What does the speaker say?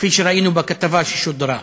כפי שראינו בכתבה ששודרה.